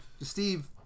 Steve